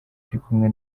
arikumwe